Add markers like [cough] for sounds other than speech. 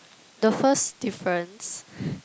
the first difference [breath]